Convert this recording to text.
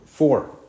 Four